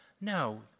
no